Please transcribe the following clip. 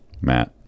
Matt